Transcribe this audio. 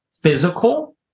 physical